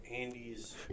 Andy's